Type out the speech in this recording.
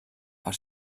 per